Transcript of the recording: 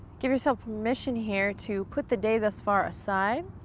give yourself permission here to put the day thus far aside.